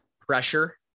pressure